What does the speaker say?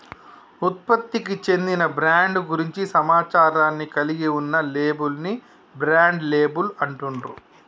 ఉత్పత్తికి చెందిన బ్రాండ్ గురించి సమాచారాన్ని కలిగి ఉన్న లేబుల్ ని బ్రాండ్ లేబుల్ అంటుండ్రు